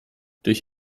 durch